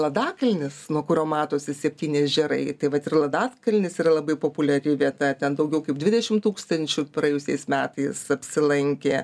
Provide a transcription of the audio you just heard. ladakalnis nuo kurio matosi septyni ežerai tai vat ir ladatkalnis yra labai populiari vieta ten daugiau kaip dvidešimt tūkstančių praėjusiais metais apsilankė